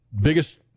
biggest